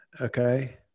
okay